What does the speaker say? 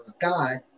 God